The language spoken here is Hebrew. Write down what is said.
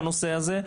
בנושא הזה,